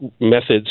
methods